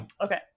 okay